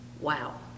Wow